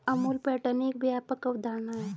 Amul pattern एक व्यापक अवधारणा है